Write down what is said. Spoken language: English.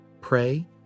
pray